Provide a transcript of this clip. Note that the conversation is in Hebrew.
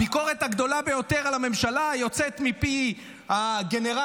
הביקורת הגדולה ביותר על הממשלה יוצאת מפי הגנרלית